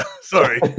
Sorry